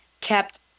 kept